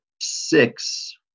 six